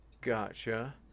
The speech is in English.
Gotcha